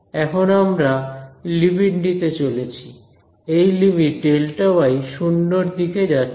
এখন আমরা লিমিট নিতে চলেছি এই লিমিট Δy 0 এর দিকে যাচ্ছে